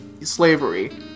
slavery